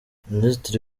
minisitiri